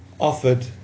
offered